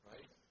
Right